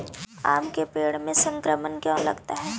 आम के पेड़ में संक्रमण क्यों लगता है?